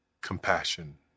compassion